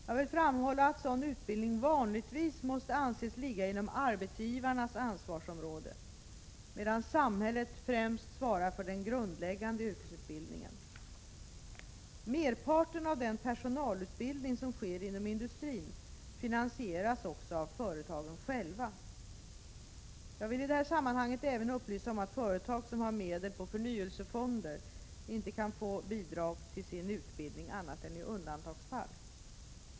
Jag vill framhålla att sådan utbildning vanligtvis måste anses ligga inom arbetsgivarnas ansvarsområde, medan samhället främst svarar för den grundläggande yrkesutbildningen. Merparten av den personalutbildning som sker inom industrin finansieras också av företagen själva. Jag vill i det här sammanhanget även upplysa om att företag som har medel på förnyelsefonder inte kan få bidrag till sin utbildning annat än i undantagsfall.